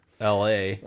LA